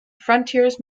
frontiers